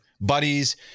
buddies